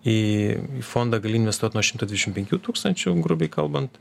į į fondą gali investuot nuo šimto dvidešim penkių tūkstančių grubiai kalbant